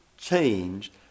Change